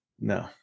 no